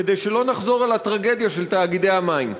כדי שלא נחזור על הטרגדיה של תאגידי המים.